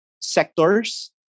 sectors